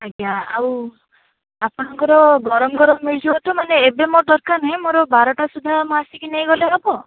ଆଜ୍ଞା ଆଉ ଆପଣଙ୍କର ଗରମ ଗରମ ମିଳିଯିବ ତ ମାନେ ଏବେ ମୋର ଦରକାର ନାହିଁ ମୋର ବାରଟା ସୁଦ୍ଧା ମୁଁ ଆସିକି ନେଇଗଲେ ହେବ